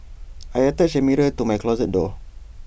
I attached A mirror to my closet door